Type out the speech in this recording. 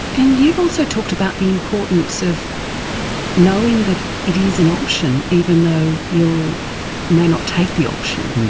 and you've also talked about the importance of knowing that it is an option, even though you may not take the option.